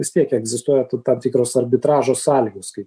vis tiek egzistuoja tam tikros arbitražo sąlygos kai